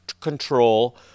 control